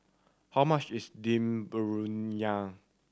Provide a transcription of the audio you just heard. how much is Dum Briyani